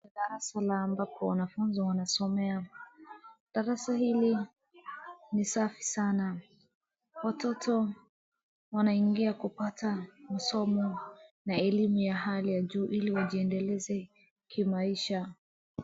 Hili ni darasa la shule ambapo wanafunzi wanasomea. Darasa hili ni safi sana. Watoto wanaingia kupata masomo na elimu ya hali ya juu ili wajiendeleze kimaisha.